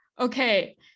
Okay